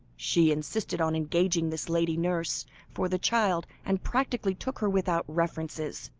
she insisted on engaging this lady nurse for the child, and practically took her without references.